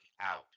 out